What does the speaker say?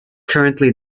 currently